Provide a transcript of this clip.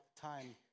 time